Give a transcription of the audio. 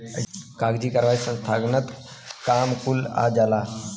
कागजी कारवाही संस्थानगत काम कुले आ जाला